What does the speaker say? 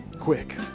quick